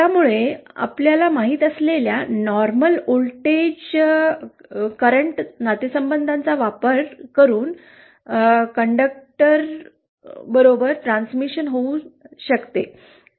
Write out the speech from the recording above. त्यामुळे आपल्याला माहीत असलेल्या नॉर्मल व्होल्टेज करंट नातेसंबंधांचा वापर करून कंडक्टरबरोबर ट्रान्समिशन होऊ शकते